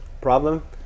problem